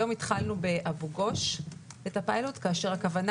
היום התחלנו את הפיילוט באבו גוש כאשר הכוונה